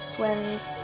Twins